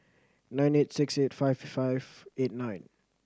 nine eight six eight five five eight nine